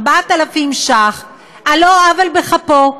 4,000 ש"ח על לא עוול בכפו,